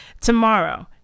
Tomorrow